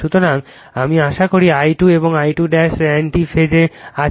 সুতরাং আমি আশা করি I2 এবং I2 এন্টি ফেজে আছে